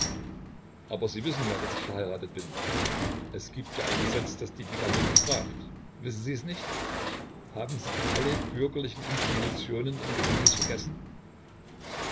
aber sie wissen ja daß ich verheiratet bin es gibt ja ein gesetz das die bigamie bestraft wissen sie es nicht haben sie alle bürgerlichen institutionen im gefängnis vergessen